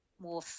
more